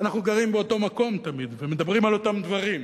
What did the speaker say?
אנחנו גרים באותו מקום תמיד ומדברים על אותם דברים.